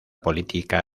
política